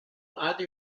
either